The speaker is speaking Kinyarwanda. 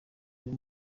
uyu